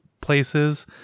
places